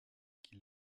qu’il